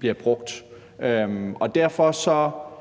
vil bruge deres